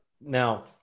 now